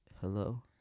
Hello